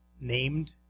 named